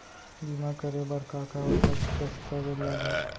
बीमा करे बर का का आवश्यक दस्तावेज लागही